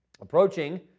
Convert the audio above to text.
approaching